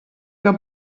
que